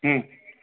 હમ